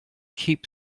keep